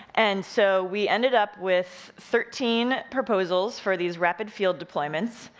and so we ended up with thirteen proposals for these rapid field deployments.